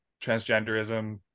transgenderism